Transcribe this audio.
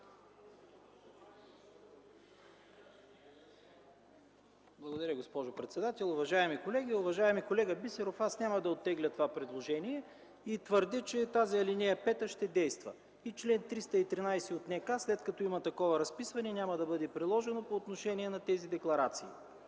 Благодаря, госпожо председател. Уважаеми колеги! Уважаеми колега Бисеров, няма да оттегля това предложение. Твърдя, че ал. 5 ще действа и чл. 313 от Наказателния кодекс, след като има такова разписване, няма да бъде приложен по отношение на тези декларации.